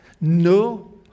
No